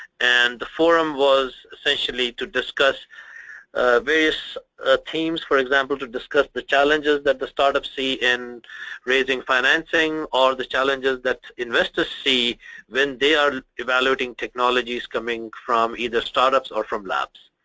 and the forum was essentially to discuss various ah themes, for example to discuss the challenges that the startups see in raising financing, or the challenges that the investors see when they are evaluating technologies coming from either startups or from labs.